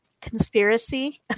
conspiracy